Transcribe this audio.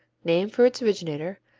named for its originator,